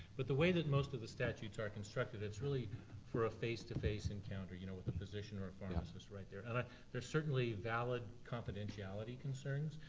but the way most of the statutes are constructed, it's really for a face-to-face encounter, you know with a physician or a pharmacist right there. and ah there's certainly valid confidentiality concerns.